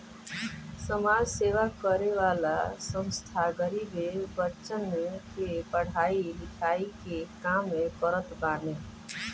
समाज सेवा करे वाला संस्था गरीब बच्चन के पढ़ाई लिखाई के काम करत बाने